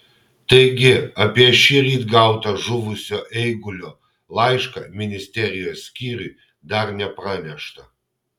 taigi apie šįryt gautą žuvusio eigulio laišką ministerijos skyriui dar nepranešta